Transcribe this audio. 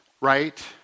right